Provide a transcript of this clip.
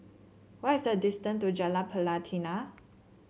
what is the distance to Jalan Pelatina